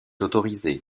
autorisé